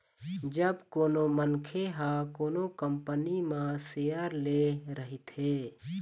जब कोनो मनखे ह कोनो कंपनी म सेयर ले रहिथे